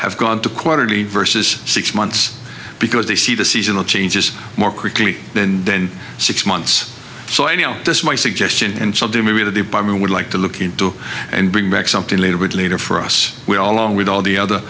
have gone to quality versus six months because they see the seasonal changes more quickly than then six months so i know just my suggestion and still do me the department would like to look into and bring back something a little bit later for us we all along with all the other